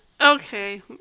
Okay